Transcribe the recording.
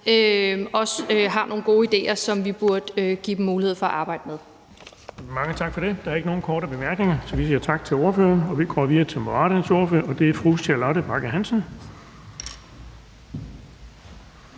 også har nogle gode idéer, som vi burde give dem mulighed for at arbejde med. Kl. 14:58 Den fg. formand (Erling Bonnesen): Der er ikke nogen korte bemærkninger, så vi siger tak til ordføreren. Vi går videre til Moderaternes ordfører, og det er fru Charlotte Bagge Hansen.